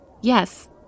Yes